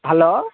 hello